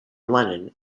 lennon